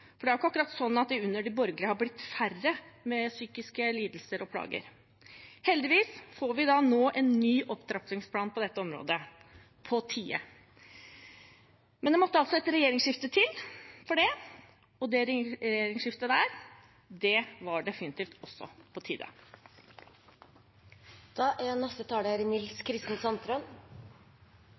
for det er ikke akkurat sånn at det under de borgerlige har blitt færre med psykiske lidelser og plager. Heldigvis får vi nå en ny opptrappingsplan på dette området. På tide! Men det måtte altså et regjeringsskifte til for det, og det regjeringsskiftet var definitivt også på